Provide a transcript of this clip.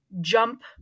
jump